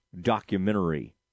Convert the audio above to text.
documentary